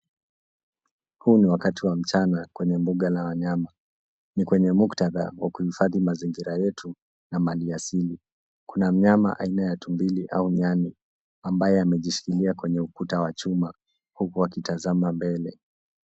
Huu ni wakati wa mchana kwenye bunga la wanyama. Ni kwenye muktadha wa kuhifadhi mazingira yetu na mali asili. Kuna mnyama aina ya tumbili au nyani ambaye amejishikilia kwenye ukuta wa chuma uku akitazama mbele.